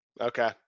Okay